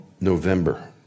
November